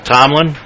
Tomlin